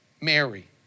Mary